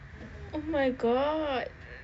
oh my god